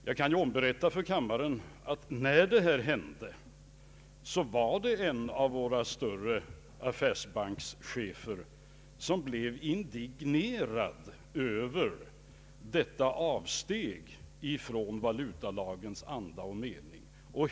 Jag kan berätta för kammaren att när detta hände blev en av cheferna för våra större affärsbanker indignerad över detta avsteg från valutalagens anda och mening.